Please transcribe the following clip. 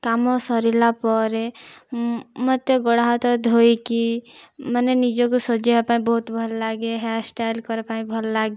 କାମ ସରିଲା ପରେ ମତେ ଗୋଡ଼ ହାତ ଧୋଇକି ମାନେ ନିଜ କୁ ସଜେଇବା ପାଇଁ ବହୁତ ଭଲ ଲାଗେ ହେୟାର ଷ୍ଟାଇଲ କରିବାପାଇଁ ଭଲ ଲାଗେ